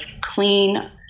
clean